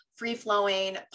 free-flowing